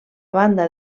banda